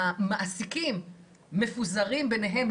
המעסיקים מפוזרים ביניהם,